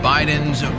Biden's